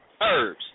herbs